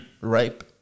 rape